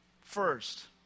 first